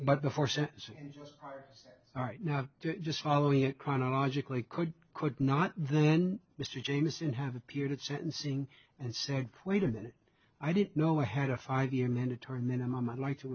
but the horse right now just following it chronologically could could not the mr jamieson have appeared at sentencing and said wait a minute i didn't know i had a five year mandatory minimum i'd like to